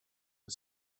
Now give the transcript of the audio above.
for